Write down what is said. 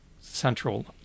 central